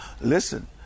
listen